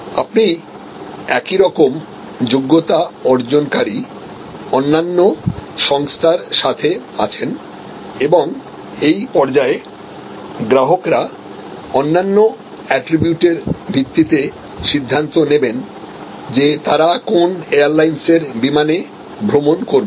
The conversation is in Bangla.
আপনি একইরকম যোগ্যতা অর্জনকারী অন্যান্য সংস্থার সাথে আছেন এবং এই পর্যায়ে গ্রাহকরা অন্যান্য এট্রিবিউট এর ভিত্তিতে সিদ্ধান্ত নেবেন যে তারা কোন এয়ারলাইন্সের বিমানে ভ্রমণ করবেন